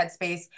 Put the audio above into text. headspace